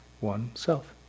oneself